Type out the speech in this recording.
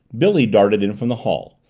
billy darted in from the hall,